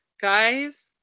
guys